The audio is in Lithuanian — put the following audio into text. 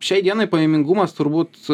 šiai dienai pajamingumas turbūt